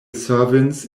servants